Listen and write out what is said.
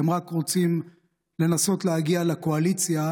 אתם רק רוצים לנסות להגיע לקואליציה,